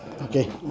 Okay